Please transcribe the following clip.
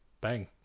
bang